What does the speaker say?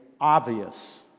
obvious